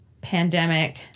pandemic